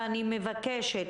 אני מבקשת